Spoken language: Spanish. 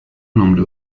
nombre